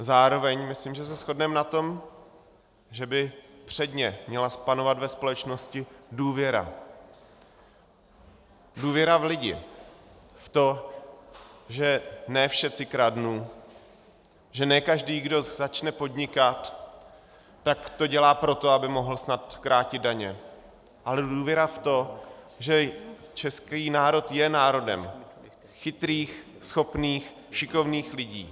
Zároveň myslím, že se shodneme na tom, že by předně měla panovat ve společnosti důvěra, důvěra v lidi, v to, že ne všetci kradnú, že ne každý, kdo začne podnikat, tak to dělá pro to, aby mohl zkrátit daně, ale důvěra v to, že český národ je národem chytrých, schopných, šikovných lidí.